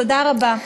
תודה רבה.